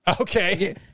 Okay